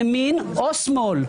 ימין או שמאל,